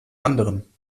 anderen